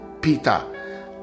Peter